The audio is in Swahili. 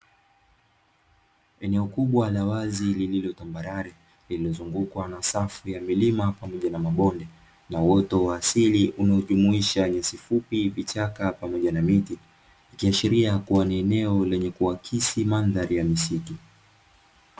Eneo kubwa la wazi lililo tambarare lililozungukwa na safu ya milima pamoja na mabonde na uoto wa asili, unaojumuisha: nyasi fupi, vichaka pamoja na miti. Ikiashiria kuwa ni eneo lenyekuakisi mandhari ya misitu.